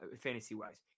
fantasy-wise